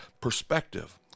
perspective